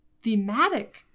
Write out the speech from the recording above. Thematic